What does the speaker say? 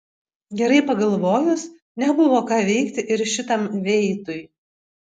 gerai pagalvojus nebuvo ką veikti ir šitam veitui